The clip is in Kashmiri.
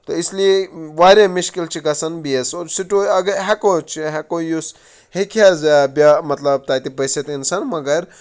تہٕ اسلیے واریاہ مشکل چھِ گژھان بیٚیِس اور سِٹو اگر ہٮ۪کو چھِ ہٮ۪کو یُس ہیٚکہِ حظ بیٛا مطلب تَتہِ بٔسِتھ اِنسان مگر